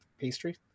Pastry